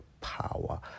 power